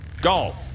Golf